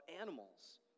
animals